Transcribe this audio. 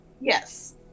Yes